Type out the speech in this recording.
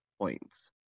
points